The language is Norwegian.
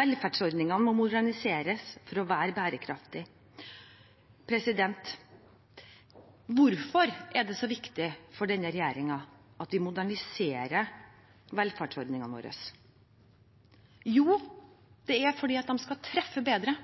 Velferdsordningene må moderniseres for å være bærekraftige. Hvorfor er det så viktig for denne regjeringen at vi moderniserer velferdsordningene våre? Jo, det er fordi de skal treffe bedre,